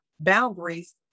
boundaries